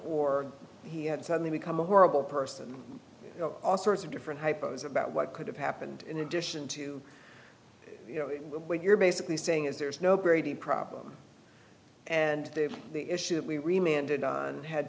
or he had suddenly become a horrible person all sorts of different hypos about what could have happened in addition to you know what you're basically saying is there's no brady problem and the issue that we